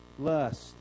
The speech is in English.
Lust